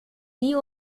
nie